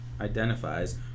identifies